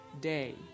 day